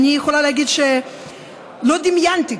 אני יכולה להגיד שלא דמיינתי,